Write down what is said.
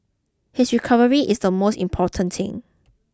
his recovery is the most important thing